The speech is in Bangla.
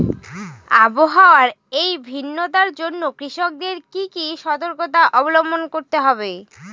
আবহাওয়ার এই ভিন্নতার জন্য কৃষকদের কি কি সর্তকতা অবলম্বন করতে হবে?